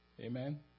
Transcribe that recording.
amen